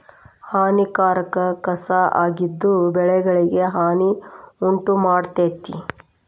ಹಾನಿಕಾರಕ ಕಸಾ ಆಗಿದ್ದು ಬೆಳೆಗಳಿಗೆ ಹಾನಿ ಉಂಟಮಾಡ್ತತಿ